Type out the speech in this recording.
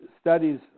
studies